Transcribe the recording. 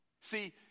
See